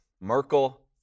Merkel